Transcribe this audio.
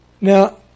Now